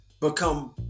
become